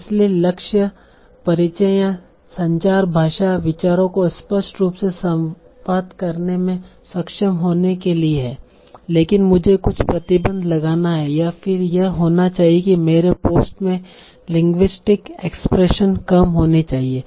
इसलिए लक्ष्य परिचय या संचार भाषा विचारों को स्पष्ट रूप से संवाद करने में सक्षम होने के लिए है लेकिन मुझे कुछ प्रतिबंध लगाना है या फिर यह होना चाहिए कि मेरे पोस्ट में लिंगविस्टिक एक्सप्रेशंस कम होनी चाहिए